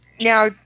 now